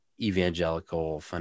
evangelical